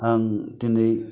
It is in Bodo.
आं दिनै